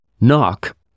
Knock